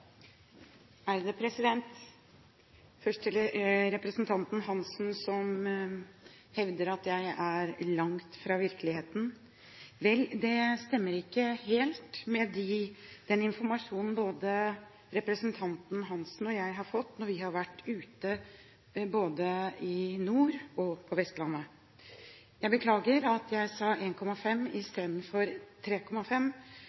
langt fra virkeligheten. Vel, det stemmer ikke helt med tanke på den informasjonen både representanten Hansen og jeg har fått når vi har vært både i nord og på Vestlandet. Jeg beklager at jeg sa